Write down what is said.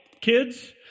Kids